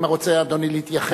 אם רוצה אדוני להתייחס,